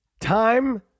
Time